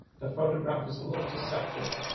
the photograph is a little deceptive.